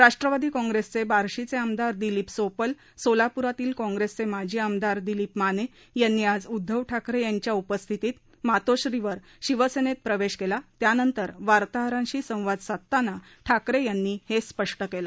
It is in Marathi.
राष्ट्रवादी काँग्रेसचे बार्शीचे आमदार दिलीप सोपल सोलाप्रातील काँग्रेसचे माजी आमदार दिलीप माने यांनी आज उद्दव ठाकरे यांच्या उपस्थितीत मातोश्रीवर शिवसेनेत प्रवेश केला त्यानंतर वार्ताहरांशी संवाद साधताना ठाकरे यांनी हे स्पष्ट केलं